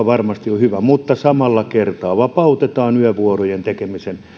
varmasti on hyvä mutta samalla kertaa vapautetaan yövuorojen tekemisen